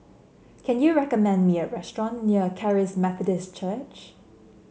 can you recommend me a restaurant near Charis Methodist Church